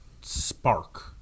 spark